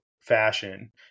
fashion